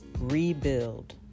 rebuild